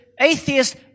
atheist